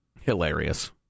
Hilarious